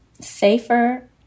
safer